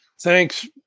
thanks